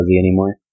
anymore